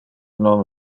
non